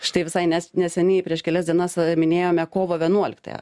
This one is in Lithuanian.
štai visai nes neseniai prieš kelias dienas minėjome kovo vienuoliktąją